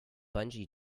bungee